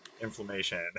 inflammation